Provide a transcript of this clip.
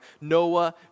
Noah